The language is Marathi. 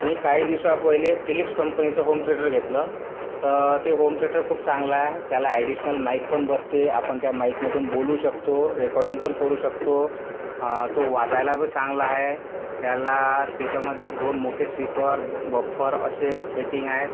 मी काही दिवसा पहिले फिलिप्स कंपनीचं होम थेटर घेतलं तर ते होम थेटर खूप चांगलं आहे त्याला ॲडीशनल माईक पण बसते आपण त्या माईकमधून बोलू शकतो रेकॉर्डिंग पण करू शकतो तो वाजायलाबी चांगला आहे त्याला स्पीकरमध्ये दोन मोठे स्पीकर बफर असे सेटिंग आहेत